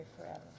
forever